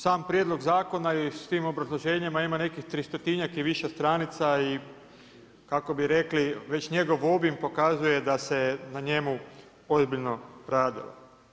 Sam prijedlog zakona je i s tim obrazloženima ima nekih 300-njak i više stranica i kako bi rekli već njegov obim pokazuje da se na njemu ozbiljno radilo.